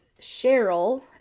Cheryl